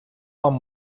вам